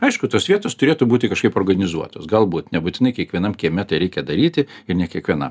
aišku tos vietos turėtų būti kažkaip organizuotos galbūt nebūtinai kiekvienam kieme tai reikia daryti ir ne kiekvienam